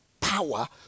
power